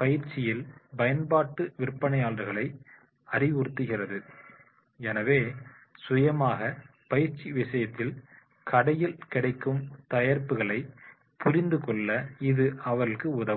பயிற்சியில் பயன்பாட்டு விற்பனையாளர்களை அறிவுறுத்தியது எனவே சுயமாக பயிற்சி விஷயத்தில் கடையில் கிடைக்கும் தயாரிப்புகளை புரிந்து கொள்ள இது அவர்களுக்கு உதவும்